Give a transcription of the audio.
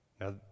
Now